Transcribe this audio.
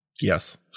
yes